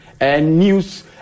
news